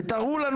ותראו לנו,